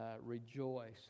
rejoice